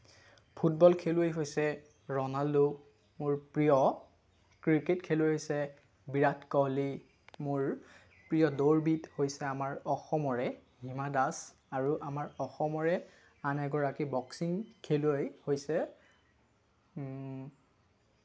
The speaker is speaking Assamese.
মোৰ প্ৰিয় ফুটবল খেলুৱৈ হৈছে ৰ'ণাল্ডো মোৰ প্ৰিয় ক্ৰিকেট খেলুৱৈ হৈছে বিৰাট কোহলী মোৰ প্ৰিয় দৌৰবিদ হৈছে আমাৰ অসমৰে হিমা দাস আৰু আমাৰ অসমৰে আন এগৰাকী বক্সিং খেলুৱৈ হৈছে